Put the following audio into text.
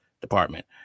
Department